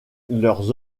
leur